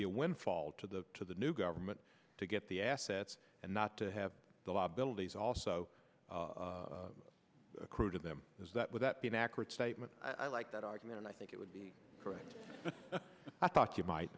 be a windfall to the to the new government to get the assets and not to have the law buildings also accrue to them is that would that be an accurate statement i like that argument and i think it would be correct i thought you might